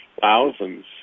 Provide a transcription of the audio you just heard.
thousands